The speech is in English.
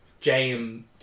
James